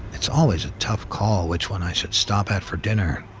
it's always a tough call which one i should stop at for dinner.